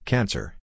Cancer